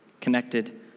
connected